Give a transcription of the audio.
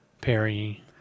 Perry